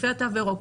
היקפי התו הירוק,